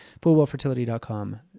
fullwellfertility.com